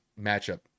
matchup